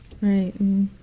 Right